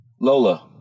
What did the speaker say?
Lola